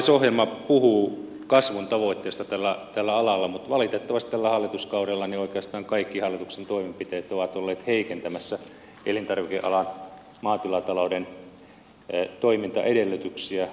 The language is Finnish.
hallitusohjelma puhuu kasvun tavoitteista tällä alalla mutta valitettavasti tällä hallituskaudella oikeastaan kaikki hallituksen toimenpiteet ovat olleet heikentämässä elintarvikealan maatilatalouden toimintaedellytyksiä